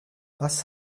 was